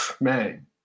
Man